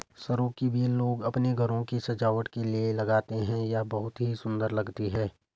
सरू की बेल को लोग अपने घरों की सजावट के लिए लगाते हैं यह बहुत ही सुंदर लगती है